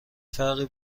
فرقی